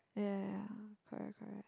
ya correct correct